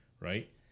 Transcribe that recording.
right